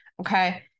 Okay